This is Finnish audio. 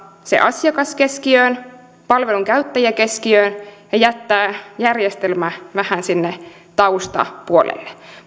se asiakas keskiöön palvelun käyttäjä keskiöön ja jättää järjestelmä vähän sinne taustapuolelle